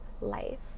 life